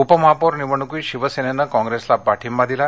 उपमहापौर निवडणुकीत शिवसेनेने कॉप्रेसला पाठिंबा दिला